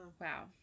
Wow